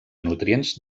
nutrients